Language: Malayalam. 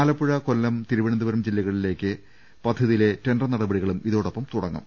ആലപ്പുഴ കൊല്ലം തിരുവനന്തപുരം ജില്ലകളിലേക്ക് പദ്ധതി യിലെ ടെൻഡർ നടപടികളും ഇതോടൊപ്പം തുടങ്ങും